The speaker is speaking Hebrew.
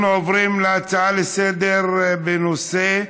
אנחנו עוברים להצעה לסדר-היום בנושא: